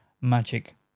Magic